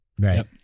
right